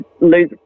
lose